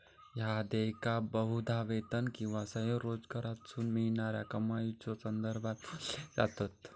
ह्या देयका बहुधा वेतन किंवा स्वयंरोजगारातसून मिळणाऱ्या कमाईच्यो संदर्भात मोजली जातत